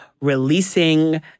releasing